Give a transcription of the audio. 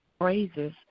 phrases